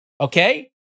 okay